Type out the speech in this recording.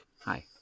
Hi